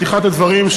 בפתיחת הדברים,